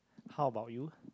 how about you